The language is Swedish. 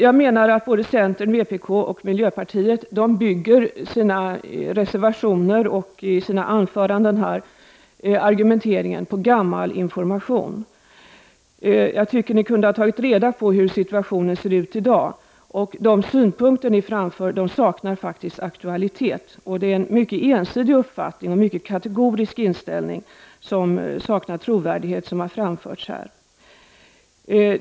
Jag menar att centern, vpk och miljöpartiet bygger sina reservationer och sin argumentering på gammal information. Jag tycker att ni kunde ha tagit reda på hur situationen ser ut i dag. De synpunkter ni framför saknar faktiskt aktualitet. Det är en mycket ensidig och kategorisk inställning som har framförts här och den saknar trovärdighet.